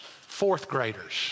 Fourth-graders